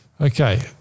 Okay